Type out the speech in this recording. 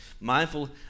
Mindful